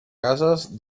cases